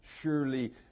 surely